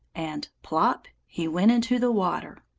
and plop he went, into the water!